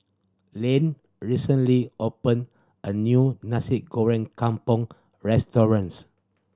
Lane recently opened a new Nasi Goreng Kampung restaurants